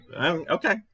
Okay